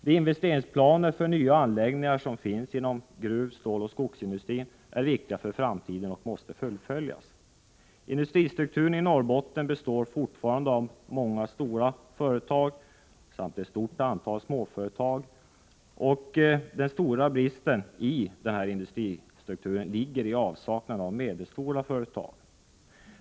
De investeringsplaner för nya anläggningar som finns inom gruv-, ståloch skogsindustrin är viktiga för framtiden och måste fullföljas. Industristrukturen i Norrbotten består fortfarande av många stora företag samt ett stort antal småföretag. Den stora bristen i industristrukturen ligger i avsaknaden av medelstora företag.